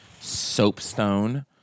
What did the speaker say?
soapstone